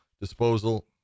disposal